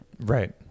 Right